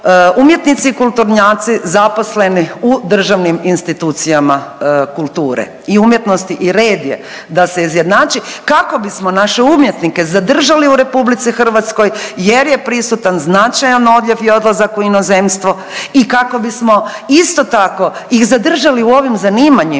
umjetnici kulturnjaci zaposleni u državnim institucijama kulture i umjetnosti i red je da se izjednači kako bismo naše umjetnike zadržali u RH jer je prisutan značajan odljev i odlazak u inozemstvo i kako bismo isto tako ih zadržali u ovim zanimanjima,